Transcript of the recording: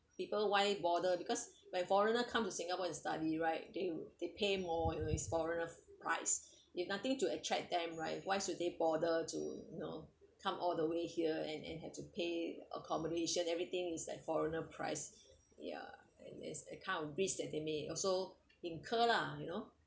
people why bother because when foreigner come to singapore and study right they they pay more you know it's foreigner price if nothing to attract them right why should they bother to you know come all the way here and and had to pay accommodation everything is like foreigner price ya and is a kind of risk that they may also incur lah you know